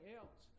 else